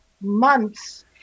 months